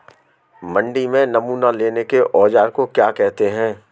मंडी में नमूना लेने के औज़ार को क्या कहते हैं?